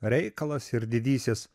reikalas ir didysis